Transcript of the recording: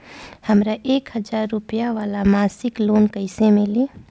हमरा एक हज़ार रुपया वाला मासिक लोन कईसे मिली?